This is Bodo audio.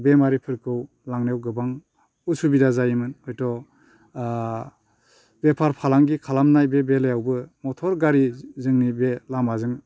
बेमारिफोरखौ लांनायाव गोबां असुबिदा जायोमोन हयथ' बेफार फालांगि खालामनाय बे बेलायावबो मटर गारि जोंनि बे लामाजों